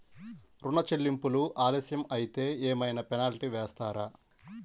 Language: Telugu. ఋణ చెల్లింపులు ఆలస్యం అయితే ఏమైన పెనాల్టీ వేస్తారా?